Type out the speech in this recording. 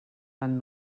fan